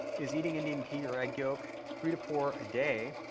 is eating indian ghee or egg yolk, three to four a day,